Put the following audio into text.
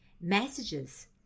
messages